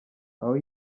aho